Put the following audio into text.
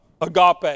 agape